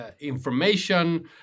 information